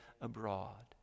abroad